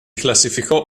classificò